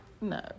No